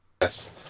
yes